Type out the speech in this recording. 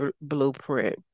blueprint